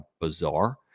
bizarre